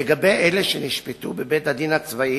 לגבי אלה שנשפטו בבית-הדין הצבאי,